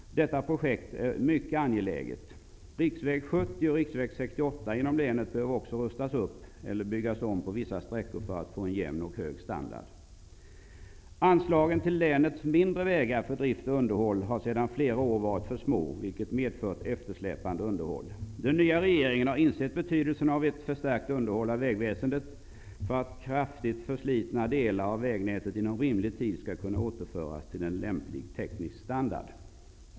Detta projekt är mycket angeläget. Riksväg 70 och riksväg 68 genom länet behöver också rustas upp eller byggas om på vissa sträckor för att få en jämn och hög standard. Anslagen till drift och underhåll för länets mindre vägar har sedan flera år varit för små, vilket medfört eftersläpande underhåll. Den nya regeringen har insett betydelsen av ett förstärkt underhåll av vägväsendet för att kraftigt förslitna delar av vägnätet inom rimlig tid skall kunna återföras till en lämplig teknisk standard.